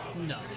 No